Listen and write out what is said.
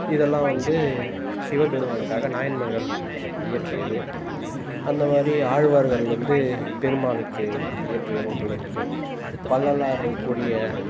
இதெல்லாம் வந்து சிவபெருமானுக்காக நாயன்மார்கள் இயற்றியது அந்த மாதிரி ஆழ்வார்கள் வந்து பெருமாளுக்கு இயற்றிய நூல்கள் இருக்கு வள்ளலாருக்குரிய